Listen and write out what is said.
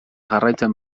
jarraitzen